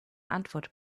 antwort